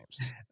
names